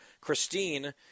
Christine